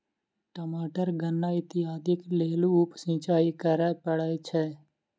टमाटर गन्ना इत्यादिक लेल उप सिचाई करअ पड़ैत अछि